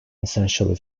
essentially